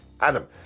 Adam